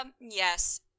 yes